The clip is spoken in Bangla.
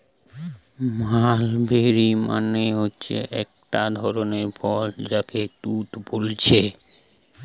মালবেরি মানে হচ্ছে একটা ধরণের ফল যাকে তুত বোলছে